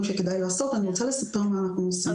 שצריך לעשות אז אני רוצה לספר מה אנחנו עושים.